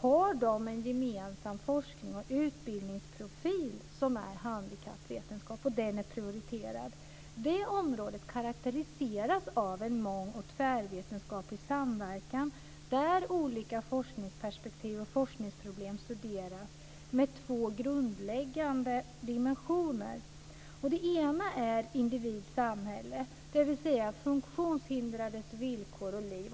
har en gemensam forsknings och utbildningsprofil som är handikappvetenskaplig, och den är prioriterad. Detta område karakteriseras av en mång och tvärvetenskaplig samverkan, där olika forskningsperspektiv och forskningsproblem studeras med två grundläggande dimensioner. Den ena är individ, samhälle, dvs. funktionshindrades villkor och liv.